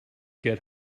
get